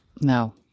no